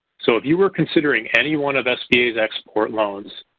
so if you were considering any one of sba's export loans,